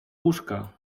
łóżka